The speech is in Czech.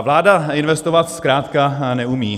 Vláda investovat zkrátka neumí.